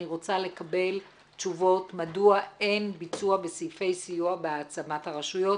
אני רוצה לקבל תשובות מדוע אין ביצוע בסעיפי סיוע בהעצמת הרשויות